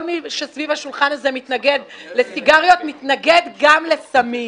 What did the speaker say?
כל מי שסביב השולחן הזה מתנגד לסיגריות ומתנגד גם לסמים.